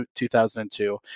2002